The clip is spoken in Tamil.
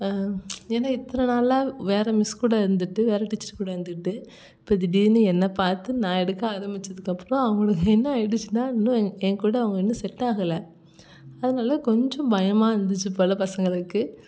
ஏன்னா இத்தனை நாளாக வேற மிஸ் கூட இருந்துட்டு வேற டீச்சர் கூட இருந்துக்கிட்டு இப்போ திடீர்னு என்னை பார்த்து நான் எடுக்க ஆரம்மிச்சதுக்கப்புறம் அவங்களுக்கு என்ன ஆயிடுச்சின்னால் இன்னும் என் கூட அவங்க இன்னும் செட் ஆகலை அதனால கொஞ்சம் பயமாக இருந்துச்சு போல் பசங்களுக்கு